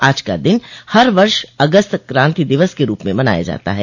आज का दिन हर वर्ष अगस्त क्रांति दिवस के रूप में मनाया जाता है